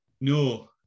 no